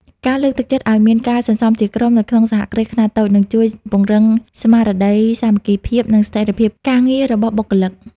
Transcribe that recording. ការលើកទឹកចិត្តឱ្យមាន "ការសន្សំជាក្រុម" នៅក្នុងសហគ្រាសខ្នាតតូច នឹងជួយពង្រឹងស្មារតីសាមគ្គីភាព និងស្ថិរភាពការងាររបស់បុគ្គលិក។